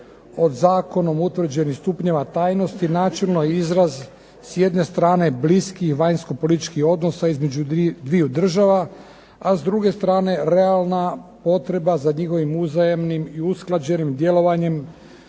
od zakonom utvrđenih stupnjeva tajnosti načelno izraz s jedne strane bliskih vanjsko-političkih odnosa između dviju država a s druge strane realna potreba za njihovim uzajamnim i usklađenim djelovanjem